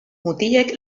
mutilek